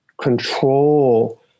control